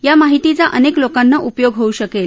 या माहितीचा अनेक लोकांना उपयोग होऊ शकेल